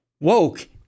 Woke